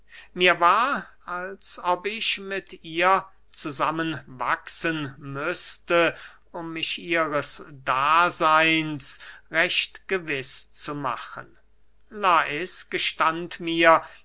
mir war als ob ich mit ihr zusammen wachsen müßte um mich ihres daseyns recht gewiß zu machen lais gestand mir